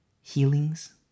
healings